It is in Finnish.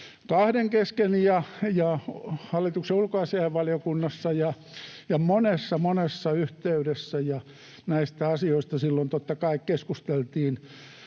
kahden kesken ja hallituksen ulkoasiainvaliokunnassa ja monessa, monessa yhteydessä ja näistä asioista totta kai keskusteltiin